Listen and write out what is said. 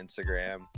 Instagram